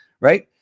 right